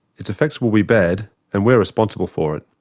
its effects will be bad and we're responsible for it.